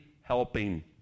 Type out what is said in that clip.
helping